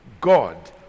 God